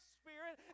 spirit